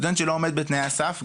סטודנט שלא עומד בתנאי הסף,